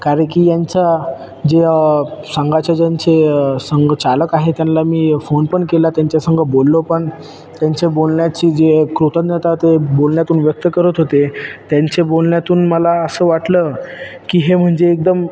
कारण की यांच्या जे संघाच्या ज्यांचे संघ चालक आहे त्यांना मी फोन पण केला त्यांच्या संग बोललो पण त्यांचे बोलण्याची जी कृतज्ञता ते बोलण्यातून व्यक्त करत होते त्यांचे बोलण्यातून मला असं वाटलं की हे म्हणजे एकदम